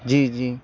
جی جی